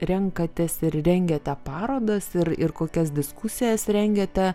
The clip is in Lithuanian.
renkatės ir rengiate parodas ir ir kokias diskusijas rengiate